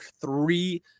three